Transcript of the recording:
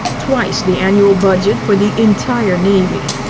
twice the annual budget for the entire navy.